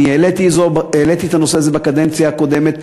אני העליתי את הנושא הזה בקדנציה הקודמת.